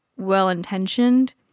well-intentioned